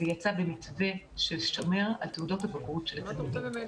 ויצא במתווה ששומר על תעודות הבגרות של התלמידים.